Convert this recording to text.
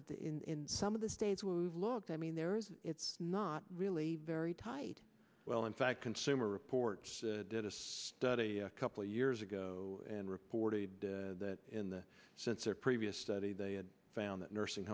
the in some of the states was looked i mean there's it's not really very tight well in fact consumer reports did a study a couple of years ago and reported that in the since their previous study they found that nursing